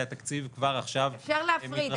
התקציב כבר עכשיו מתרחשים -- אפשר להפריד.